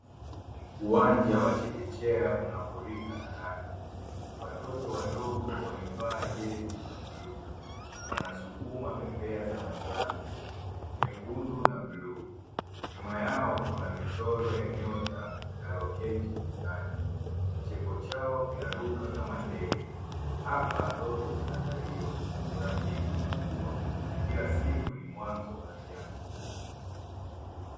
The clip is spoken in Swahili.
Uwanja wa chekechea unafurika na rangi watoto wadogo wamevaa jezi za bluu wanasukuma bembea za manjano, nyekundu na bluu. Nyuma yao kuna michoro ya nyota na roketi ukutani. Kicheko chao kinaruka kama ndege. Hapa ndoto zinazaliwa, urafiki unakua na kila siku ni mwanzo wa ajabu.